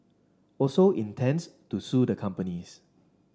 also intends to sue the companies